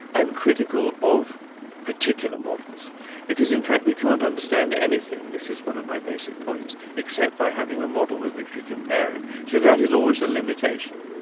i'm critical of particular models because, in fact, we can't understand anything this is one of my basic points except by having a model with which we compare it. so that is always a limitation.